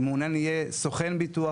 אם מעוניין להיות סוכן ביטוח.